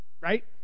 right